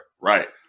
right